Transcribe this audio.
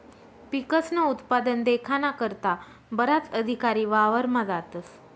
पिकस्नं उत्पादन देखाना करता बराच अधिकारी वावरमा जातस